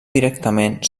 directament